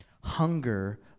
Hunger